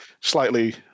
slightly